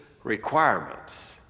requirements